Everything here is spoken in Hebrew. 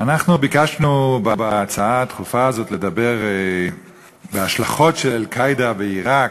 אנחנו ביקשנו בהצעה הדחופה הזאת לדבר בהשלכות של "אל-קאעידה" בעיראק,